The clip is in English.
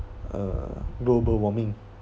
uh global warming